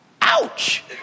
Ouch